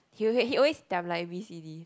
he will he always like V_C_D